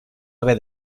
haver